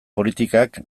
politikak